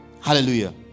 hallelujah